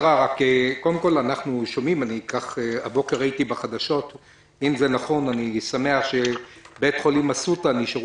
קודם כל אנחנו שומעים שבית החולים אסותא באשדוד נשארו